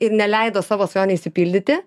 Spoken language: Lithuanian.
ir neleido savo svajonei išsipildyti